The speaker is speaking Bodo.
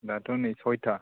दाथ' नै सयता